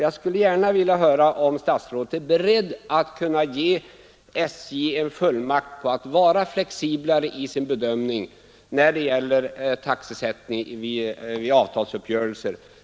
Jag skulle gärna vilja höra om statsrådet är beredd att ge SJ en fullmakt att vara flexiblare i sin bedömning när det gäller taxesättning vid avtalsuppgörelser.